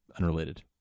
unrelated